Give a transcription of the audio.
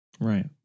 Right